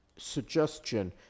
suggestion